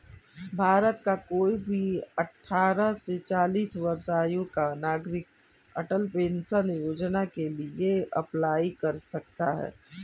भारत का कोई भी अठारह से चालीस वर्ष आयु का नागरिक अटल पेंशन योजना के लिए अप्लाई कर सकता है